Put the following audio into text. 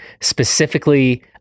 Specifically